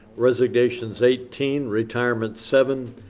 resignations, eighteen. retirements, seven.